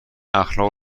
اخلاق